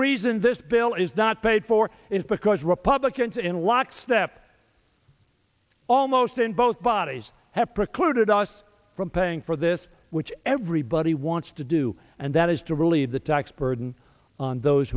reason this bill is not paid for is because republicans in lockstep almost in both bodies have precluded us from paying for this which everybody wants to do and that is to relieve the tax burden on those